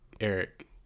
Eric